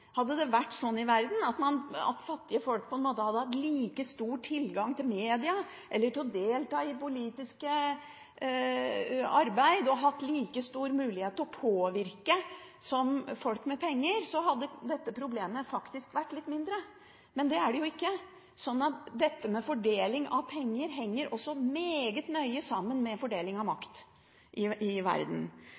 Hadde det vært sånn i verden at fattige folk hadde hatt like stor tilgang til media, til å delta i politisk arbeid eller hatt like stor mulighet til å påvirke som folk med penger har, hadde dette problemet faktisk vært litt mindre – men det er det jo ikke. Dette med fordeling av penger henger også meget nøye sammen med fordeling av makt i verden.